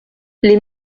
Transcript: les